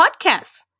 podcasts